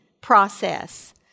process